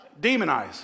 demonize